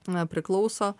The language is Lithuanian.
na priklauso